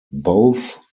both